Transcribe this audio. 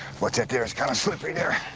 watch that there. it's kind of slippery there.